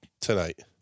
tonight